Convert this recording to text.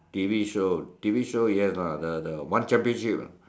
T_V show T_V show yes lah the the one championship ah